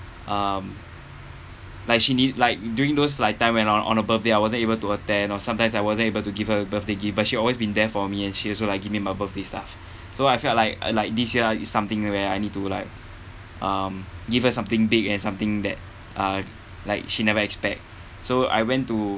um like she need like during those like time when on on her birthday I wasn't able to attend or sometimes I wasn't able to give her a birthday gift but she always been there for me and she also like give me my birthday stuff so I felt like uh like this year is something where I need to like um give her something big and something that uh like she never expect so I went to